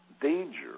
danger